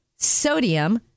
Sodium